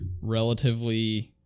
relatively